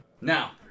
Now